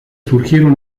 surgieron